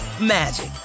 magic